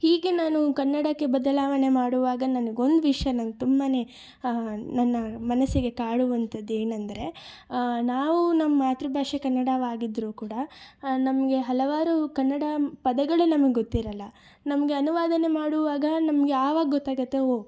ಹೀಗೆ ನಾನು ಕನ್ನಡಕ್ಕೆ ಬದಲಾವಣೆ ಮಾಡುವಾಗ ನನಗೊಂದು ವಿಷಯ ನಂಗೆ ತುಂಬಾ ನನ್ನ ಮನಸ್ಸಿಗೆ ಕಾಡುವಂಥದ್ ಏನಂದರೆ ನಾವು ನಮ್ಮ ಮಾತೃಭಾಷೆ ಕನ್ನಡವಾಗಿದ್ದರೂ ಕೂಡ ನಮಗೆ ಹಲವಾರು ಕನ್ನಡ ಪದಗಳೇ ನಮಗೆ ಗೊತ್ತಿರೋಲ್ಲ ನಮಗೆ ಅನುವಾದ ಮಾಡುವಾಗ ನಮಗೆ ಆವಾಗ ಗೊತ್ತಾಗುತ್ತೆ ಓ